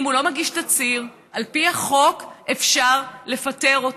אם הוא לא מגיש תצהיר, על פי החוק אפשר לפטר אותו.